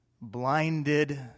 blinded